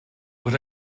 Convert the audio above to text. but